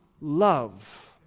love